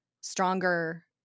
stronger